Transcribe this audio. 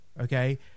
okay